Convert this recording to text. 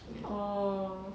orh